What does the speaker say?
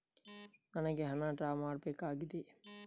ನನಿಗೆ ಹಣ ಡ್ರಾ ಮಾಡ್ಬೇಕಾಗಿದೆ